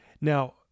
Now